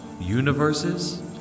Universes